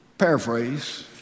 paraphrase